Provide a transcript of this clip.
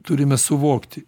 turime suvokti